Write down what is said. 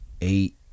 eight